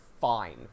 fine